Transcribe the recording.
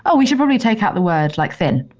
ah we should probably take out the word like thin.